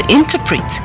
interpret